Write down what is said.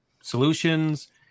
solutions